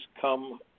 come